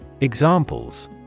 Examples